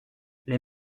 les